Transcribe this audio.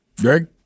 Greg